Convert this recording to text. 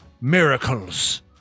miracles